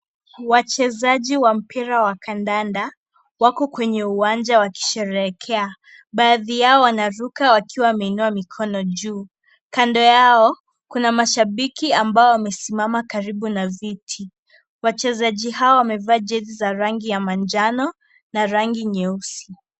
Wachezaji wa mpira wa kandanda wako kwenye uwanja wakisherekea. Baadhi yao wanaruka wakiwa wameinua mkono juu, kando yao kuna mashabiki ambao wamesimama karibu na viti. Wachezaji hao wamevaa jezi za rangi ya manjano na rangi nyeusi.